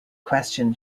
question